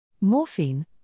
Morphine